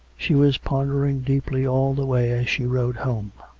she was pondering deeply all the way as she rode home.